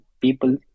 people